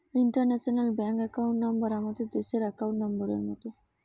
international bank account number আমাদের দেশের account নম্বরের মত